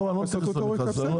אני לא נכנס למכרז.